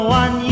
one